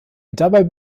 dabei